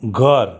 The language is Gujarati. ઘર